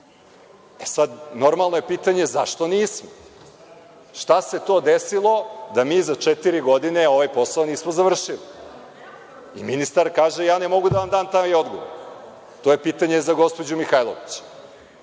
normalno je pitanje - zašto nismo? Šta se to desilo da mi za četiri godine ovaj posao nismo završili? Ministar kaže - ja ne mogu da vam dam taj odgovor, to je pitanje za gospođu Mihajlović.